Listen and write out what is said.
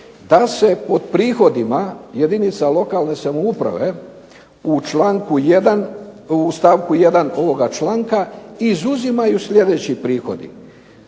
da se pod prihodima jedinica lokalne samouprave u stavku 1. ovoga članka izuzimaju sljedeći prihodi: